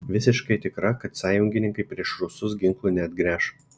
visiškai tikra kad sąjungininkai prieš rusus ginklų neatgręš